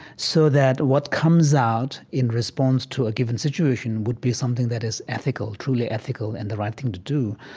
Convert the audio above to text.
so that what comes out in response to a given situation would be something that is ethical truly ethical and the right thing to do,